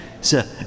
Sir